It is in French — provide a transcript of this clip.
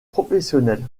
professionnels